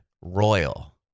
Royal